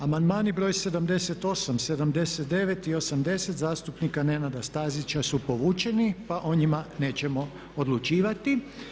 Amandmani br. 78., 79. i 80 zastupnika Nenada Stazića su povučeni pa o njima nećemo odlučivati.